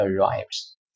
arrives